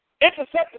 intercepted